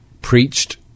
preached